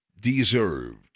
deserved